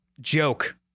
joke